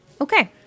Okay